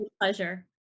Pleasure